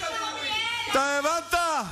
אתה הבנת?